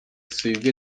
züge